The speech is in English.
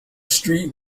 street